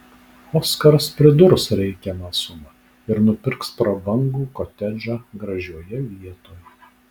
oskaras pridurs reikiamą sumą ir nupirks prabangų kotedžą gražioje vietoj